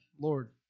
Lord